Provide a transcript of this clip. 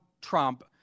Trump